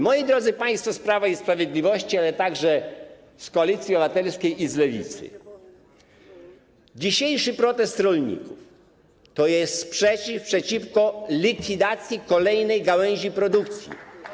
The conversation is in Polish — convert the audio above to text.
Moi drodzy państwo z Prawa i Sprawiedliwości, ale także z Koalicji Obywatelskiej i z Lewicy, dzisiejszy protest rolników to jest sprzeciw wobec likwidacji kolejnej gałęzi produkcji.